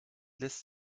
lässt